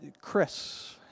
Chris